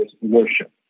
worship